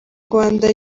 rwanda